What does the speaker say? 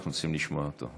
אנחנו רוצים לשמוע אותו.